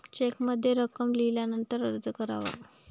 चेकमध्ये रक्कम लिहिल्यानंतरच अर्ज करावा